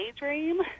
daydream